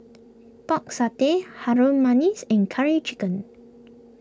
Pork Satay Harum Manis and Curry Chicken